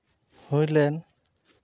ᱦᱩᱭ ᱞᱮᱱ